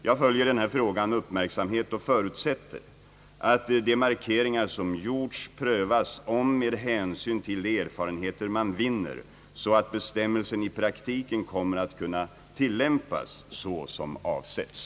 Jag följer den här frågan med uppmärksamhet och förutsätter att de markeringar som gjorts prövas om med hänsyn till de erfarenheter man vinner, så att bestämmelsen i praktiken kommer att kunna tillämpas så som avsetts.